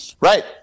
Right